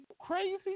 crazy